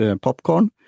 popcorn